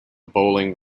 bowling